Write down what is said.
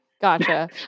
Gotcha